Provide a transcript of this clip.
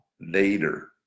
later